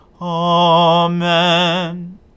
Amen